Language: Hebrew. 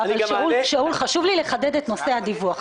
אבל שאול, חשוב לי לחדד את נושא הדיווח.